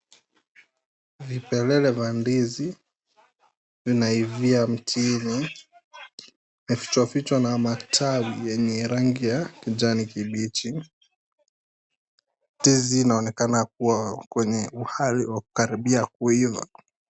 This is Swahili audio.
Vipelele vya ndizi, vinaivia mtini zimefichwa fichwa na matawi yenye rangi ya kijani kibichi. Ndizi inaonekana kuwa kwenye hali ya kukaribia kuiva.